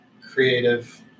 creative